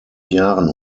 jahren